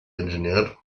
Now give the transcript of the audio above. engineered